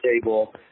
stable